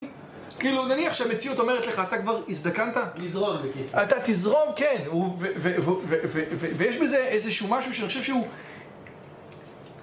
כאילו, נניח שהמציאות אומרת לך, אתה כבר הזדקנת? - נזרום בקיצור - אתה תזרום, כן, ויש בזה איזשהו משהו שאני חושב שהוא משהו...